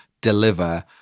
deliver